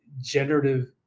generative